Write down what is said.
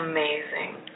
Amazing